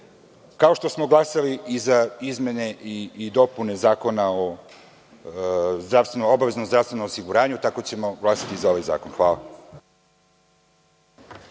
Kao što smo glasali za izmene i dopune Zakona o obaveznom zdravstvenom osiguranju, tako ćemo glasati i za ovaj zakon.